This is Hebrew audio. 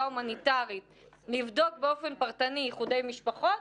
ההומניטרית לבדוק באופן פרטני איחודי משפחות